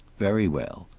very well.